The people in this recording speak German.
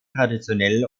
traditionell